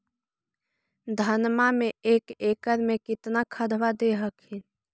धनमा मे एक एकड़ मे कितना खदबा दे हखिन?